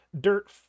Dirt